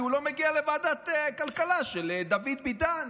כי הוא לא מגיע לוועדת הכלכלה של דוד ביטן,